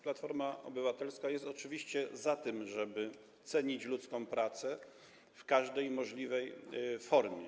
Platforma Obywatelska jest oczywiście za tym, żeby cenić ludzką pracę w każdej możliwej formie.